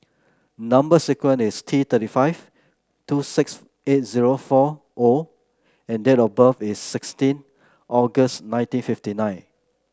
number sequence is T Three five two six eight zero four O and date of birth is sixteen August nineteen fifty nine